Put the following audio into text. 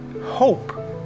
hope